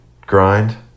Grind